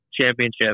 championship